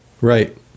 Right